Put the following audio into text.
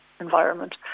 environment